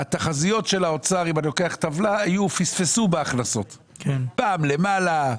התחזיות של האוצר אם אני לוקח טבלה פספסו בכנסות פעם למעלה,